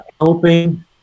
helping